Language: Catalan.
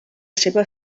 seva